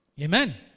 Amen